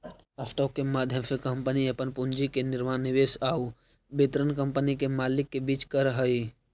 stock के माध्यम से कंपनी अपन पूंजी के निर्माण निवेश आउ वितरण कंपनी के मालिक के बीच करऽ हइ